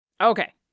Okay